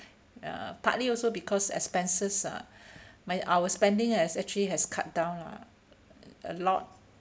uh partly also because expenses uh my our spending has actually has cut down lah a lot